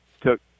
took